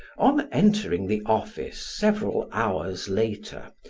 on entering the office several hours later,